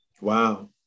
Wow